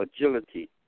agility